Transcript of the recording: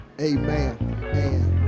Amen